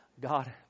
God